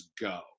go